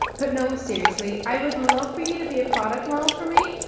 but no seriously, i would love for you to be a product model for me.